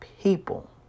people